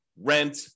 rent